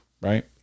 right